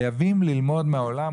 חייבים ללמוד מהעולם.